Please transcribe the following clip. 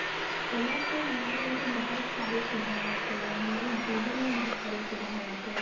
कला से हमारे अंदर बहुत सारे सुधार आते हैं हमारी जीवन में बहुत सारे सुधार आते हैं